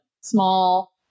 small